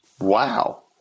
Wow